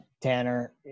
Tanner